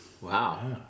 Wow